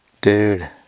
Dude